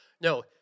No